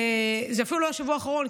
זה אפילו לא השבוע האחרון,